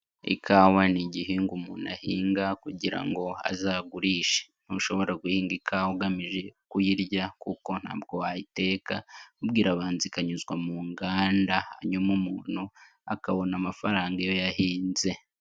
Ikawa n'igihingwa umuntu ahinga kugira ngo azagurishe, ntushobora guhinga ikawa ugamije kuyirya kuko ntabwo wayiteka, ahubwo irabanza ikanyuzwa mu nganda, hanyuma umuntu akabona amafaranga iyo yahinze.